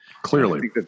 Clearly